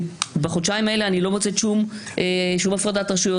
בחודשיים האלה אני לא מוצאת שום הפרדת רשויות,